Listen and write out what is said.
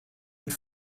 mit